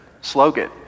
slogan